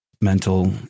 mental